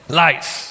lights